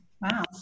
wow